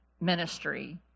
ministry